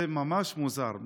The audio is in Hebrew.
זה ממש מוזר,